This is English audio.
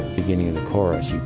beginning of the chorus.